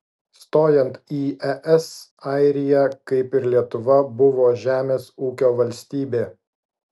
stojant į es airija kaip ir lietuva buvo žemės ūkio valstybė